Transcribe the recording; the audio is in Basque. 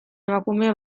emakume